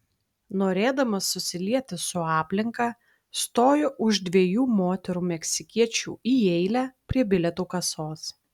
norėdamas susilieti su aplinka stoju už dviejų moterų meksikiečių į eilę prie bilietų kasos